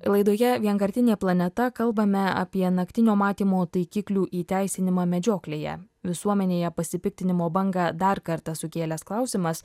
laidoje vienkartinė planeta kalbame apie naktinio matymo taikiklių įteisinimą medžioklėje visuomenėje pasipiktinimo bangą dar kartą sukėlęs klausimas